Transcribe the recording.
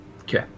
Okay